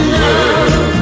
love